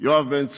יואב בן צור: